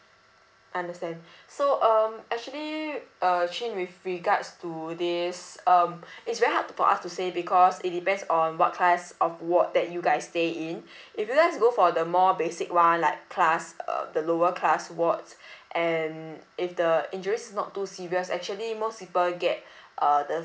understand so um actually err chin with regards to these um it's very hard for us to say because it depends on what class of ward that you guys stay in if you guys go for the more basic one like class uh the lower class wards and if the injuries not too serious actually most people get uh the